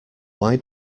why